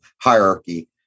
hierarchy